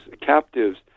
captives